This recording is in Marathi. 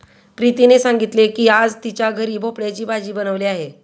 प्रीतीने सांगितले की आज तिच्या घरी भोपळ्याची भाजी बनवली आहे